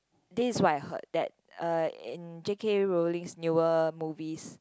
this is what I heard that uh in J_K-Rowling newer movie